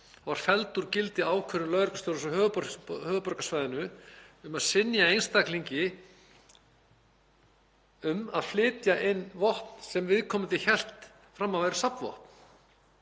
var felld úr gildi ákvörðun lögreglustjórans á höfuðborgarsvæðinu um að synja einstaklingi um að flytja inn vopn sem viðkomandi hélt fram að væru safnvopn.